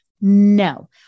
no